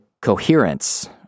coherence